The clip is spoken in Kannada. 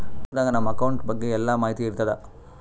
ಪಾಸ್ ಬುಕ್ ನಾಗ್ ನಮ್ ಅಕೌಂಟ್ ಬಗ್ಗೆ ಎಲ್ಲಾ ಮಾಹಿತಿ ಇರ್ತಾದ